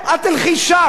את תלכי שם.